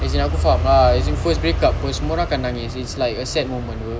as in aku faham ah it's your first break up [pe] semua orang akan nangis it's like a sad moment [pe]